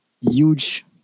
huge